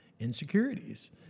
insecurities